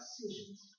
decisions